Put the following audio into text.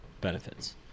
benefits